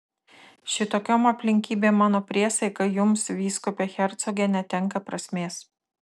šitokiom aplinkybėm mano priesaika jums vyskupe hercoge netenka prasmės